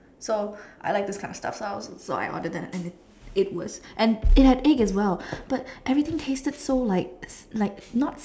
so I like these kind of stuff so so I ordered that and it was and it had egg as well but everything tasted so like like not